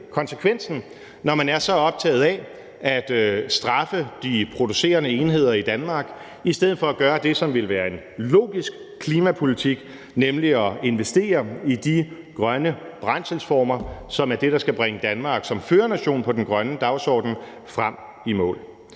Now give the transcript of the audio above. konsekvensen, når man er så optaget af at straffe de producerende enheder i Danmark i stedet for at gøre det, som ville være en logisk klimapolitik, nemlig at investere i de grønne brændselsformer, som er det, der skal bringe Danmark som førernation på den grønne dagsorden frem i mål.